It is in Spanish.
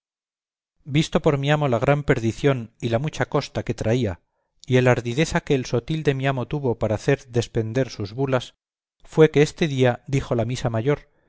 visto por mi amo la gran perdición y la mucha costa que traía y el ardideza que el sotil de mi amo tuvo para hacer despender sus bulas fue que este día dija la misa mayor